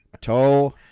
toe